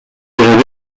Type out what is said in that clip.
révèle